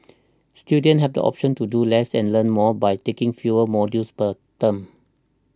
students have the option to do less and learn more by taking fewer modules per term